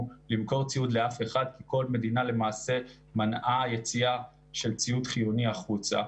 למכור ציוד לאף אחד כי כל מדינה למעשה מנעה יציאה של ציוד חיוני החוצה,